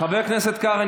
--- חבר הכנסת קרעי,